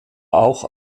auch